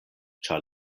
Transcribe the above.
ĉar